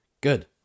good